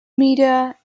media